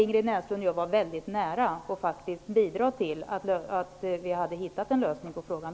Ingrid Näslund och jag var nära att bidra till att finna en lösning på frågan.